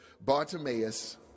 Bartimaeus